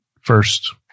first